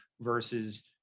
versus